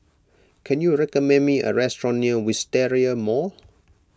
can you recommend me a restaurant near Wisteria Mall